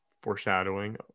foreshadowing